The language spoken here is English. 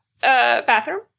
bathroom